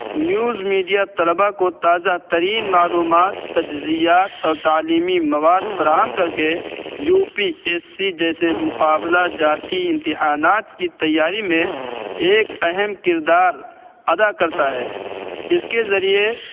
news media طلباء کو تازہ ترین معلومات تجزیات اور تعلیمی مواد فراہم کر کے یو پی ایس سی جیسے مقابلہ جاتی امتحانات کی تیاری میں ایک اہم کردار ادا کرتا ہے اس کے ذریعے